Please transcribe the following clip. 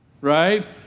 Right